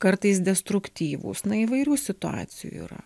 kartais destruktyvūs na įvairių situacijų yra